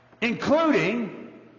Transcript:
including